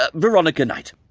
ah veronica knight.